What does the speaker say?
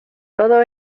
todo